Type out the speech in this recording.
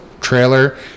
trailer